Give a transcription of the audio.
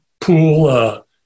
pool